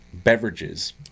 beverages